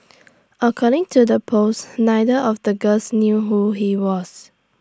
according to the post neither of the girls knew who he was